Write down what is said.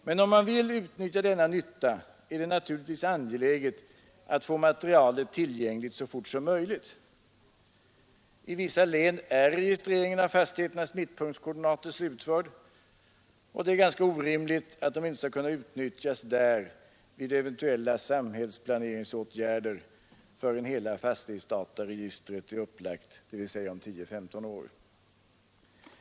Men om man vill utnyttja denna nytta är det naturligtvis angeläget att få materialet tillgängligt så fort som möjligt. I vissa län är registreringen av fastigheternas mittpunktskoordinater slutförd, och det är ganska orimligt att de inte skall kunna utnyttjas där vid eventuella samhällsplaneringsåtgärder förrän hela fastighetsdataregistret är upplagt, dvs. om 10 a 15 år.